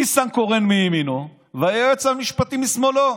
ניסנקורן מימינו והיועץ המשפטי משמאלו.